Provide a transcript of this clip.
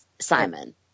Simon